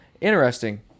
Interesting